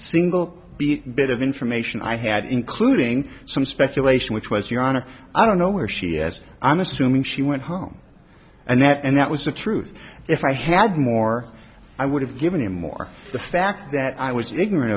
beat bit of information i had including some speculation which was your honor i don't know where she has i'm assuming she went home and that and that was the truth if i had more i would have given him more the fact that i was ignorant